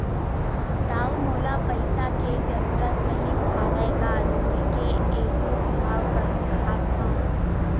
दाऊ मोला पइसा के जरुरत रिहिस हवय गा, नोनी के एसो बिहाव करहूँ काँहत हँव